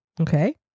Okay